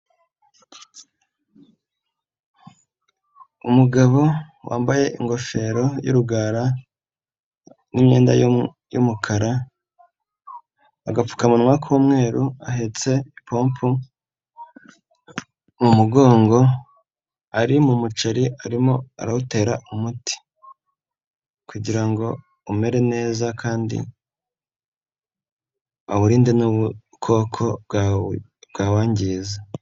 Umugabo wambaye ingofero y'urugara n'imyenda y'umukara, agapfukamunwa k'umweru, ahetse ipompo mu mugongo, ari mu muceri arimo arawutera umuti kugira ngo umere neza kandi awurinde n'ubukoko bwawangiza.